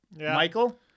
Michael